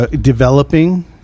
developing